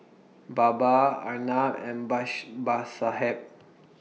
Baba Arnab and